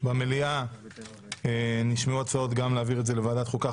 במליאה נשמעו הצעות גם להעביר את זה לוועדת החוקה,